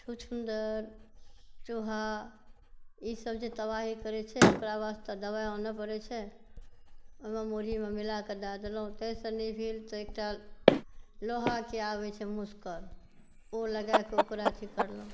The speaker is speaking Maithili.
छुछुंदर चूहा ई सब जे तबाही करै छै ओकरा वास्ते दबाइ आनए पड़ै छै ओहिमे मुड़हीमे मिलाए कऽ दए देलहुॅं तै सँ नहि भेल तऽ एकटा लोहाके आबै छै मुस्कल ओ लगाए कऽ ओकरा अथी करलहुॅं